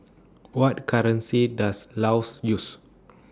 What currency Does Laos use